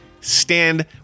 stand